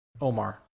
Omar